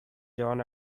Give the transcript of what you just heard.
john